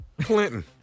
Clinton